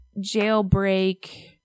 jailbreak